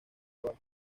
global